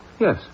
Yes